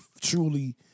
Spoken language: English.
truly